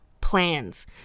plans